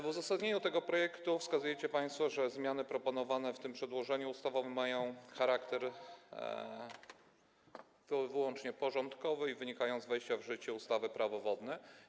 W uzasadnieniu tego projektu wskazujecie państwo, że zmiany proponowane w tym przedłożeniu ustawowym mają charakter tylko i wyłącznie porządkowy i wynikają z wejścia w życie ustawy Prawo wodne.